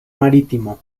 marítimo